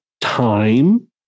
time